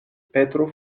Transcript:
petro